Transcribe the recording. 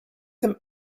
them